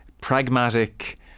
pragmatic